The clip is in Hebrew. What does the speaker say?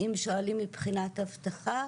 אם שואלים מבחינת אבטחה,